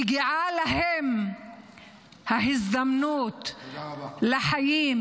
מגיעה להם ההזדמנות לחיים